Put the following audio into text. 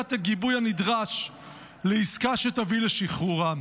את הגיבוי הנדרש לעסקה שתביא לשחרורם.